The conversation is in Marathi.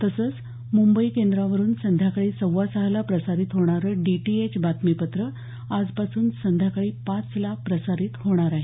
तसंच मुंबई केंद्रावरून संध्याकाळी सव्वासहाला प्रसारित होणारं डीटीएच बातमीपत्र आजपासून संध्याकाळी पाचला प्रसारित होणार आहे